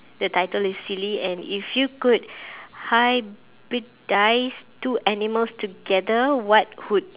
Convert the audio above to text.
the title is silly and if you could hybridize two animals together what would